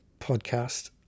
podcast